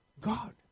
God